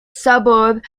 suburb